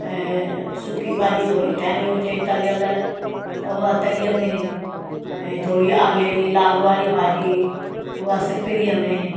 ऐं सुकी भाॼी थोरी ठाहिणी हुजे तरियल त उहा तईअ में ऐं थोरी आलेरी लाग वारी भाॼी उहा सिपरीअ में